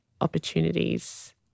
opportunities